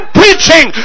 preaching